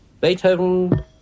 Beethoven